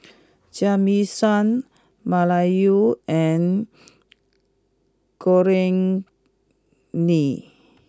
Jamison Malaya and